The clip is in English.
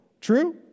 True